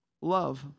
love